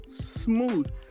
Smooth